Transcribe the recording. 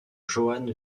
johann